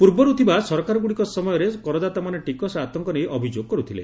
ପୂର୍ବରୁ ଥିବା ସରକାରଗୁଡିକ ସମୟରେ କରଦାତାମାନେ ଟିକସ ଆତଙ୍କ ନେଇ ଅଭିଯୋଗ କର୍ତ୍ଥିଲେ